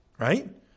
right